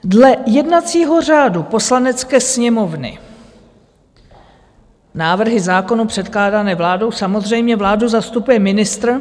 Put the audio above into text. Dle jednacího řádu Poslanecké sněmovny návrhy zákonů předkládané vládou samozřejmě vládu zastupuje ministr.